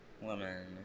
Woman